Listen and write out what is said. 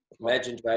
imagine